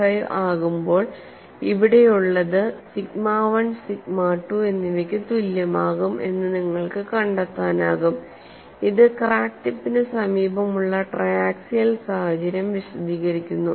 5 ആകുമ്പോൾ ഇവിടെയുള്ളത് sigma 1 sigma 2 എന്നിവയ്ക്ക് തുല്യമാകും എന്ന് നിങ്ങൾക്ക് കണ്ടെത്താനാകും ഇത് ക്രാക്ക് ടിപ്പിന് സമീപമുള്ള ട്രയാക്സിയൽ സാഹചര്യം വിശദീകരിക്കുന്നു